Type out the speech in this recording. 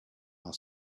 our